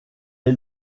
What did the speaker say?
est